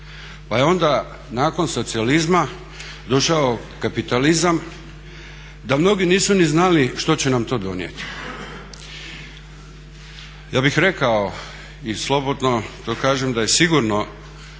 Pa je onda nakon socijalizma došao kapitalizam, da mnogi nisu ni znali što će nam to donijeti. Ja bih rekao i slobodno to kažem da je sigurno